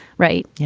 right? yeah.